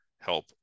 help